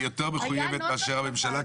היא יותר מחויבת מאשר הממשלה,